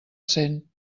cent